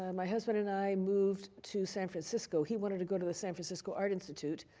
and my husband and i moved to san francisco. he wanted to go to a san francisco art institute.